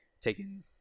taking